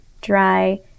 dry